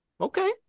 okay